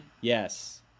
Yes